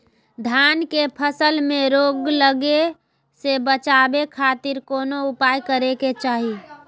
धान के फसल में रोग लगे से बचावे खातिर कौन उपाय करे के चाही?